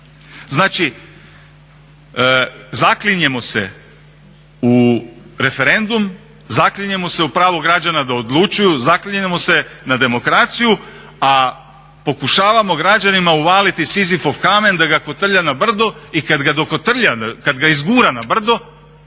Znači zaklinjemo se u referendum, zaklinjemo se u pravo građana da odlučuju, zaklinjemo se na demokraciju a pokušavamo građanima uvaliti Sizifov kamen da ga kotrlja na brdo i kad ga dokotrlja,